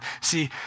See